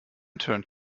turned